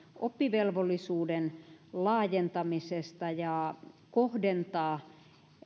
oppivelvollisuuden laajentamisesta ja kohdentaa